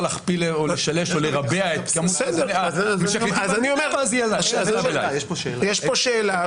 יש פה שאלה.